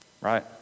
right